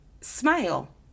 smile